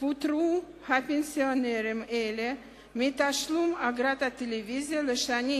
קיבלו הפנסיונרים האלה פטור מתשלום אגרת הטלוויזיה לשנים